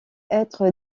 être